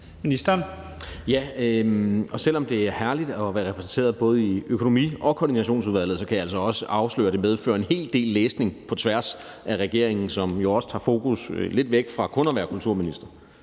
Engel-Schmidt): Selv om det er herligt at være repræsenteret både i Økonomi- og Koordinationsudvalget, kan jeg altså også afsløre, at det medfører en hel del læsning på tværs af regeringen, som jo også tager fokus lidt væk fra kun at være kulturminister,